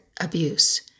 abuse